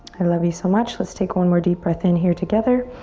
i love you so much. let's take one more deep breath in here together.